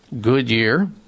Goodyear